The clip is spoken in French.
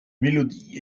mélodies